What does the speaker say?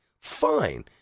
fine